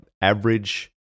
average